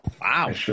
Wow